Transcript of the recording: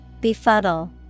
Befuddle